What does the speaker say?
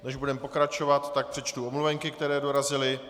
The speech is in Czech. Než budeme pokračovat, přečtu omluvenky, které dorazily.